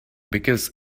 because